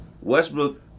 Westbrook